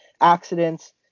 accidents